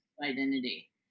identity